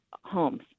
homes